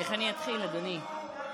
איך אני אתחיל, אדוני?